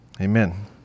amen